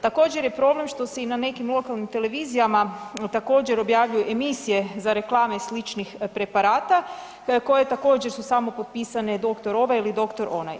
Također je problem što se i na nekim lokalnim televizijama također objavljuju emisije za reklame sličnih preparata koje također su samo potpisane doktor ovaj ili doktor onaj.